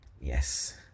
Yes